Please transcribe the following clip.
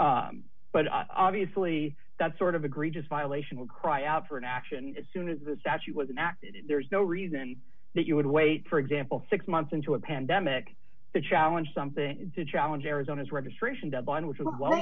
but obviously that sort of agree just violation will cry out for an action as soon as the statute was enacted there's no reason that you would wait for example six months into a pandemic the challenge something to challenge arizona's registration deadline which is w